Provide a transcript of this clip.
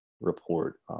report